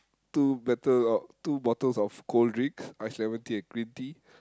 two better of two bottles of cold drinks ice lemon tea and green tea